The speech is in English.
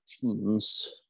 teams